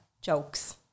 jokes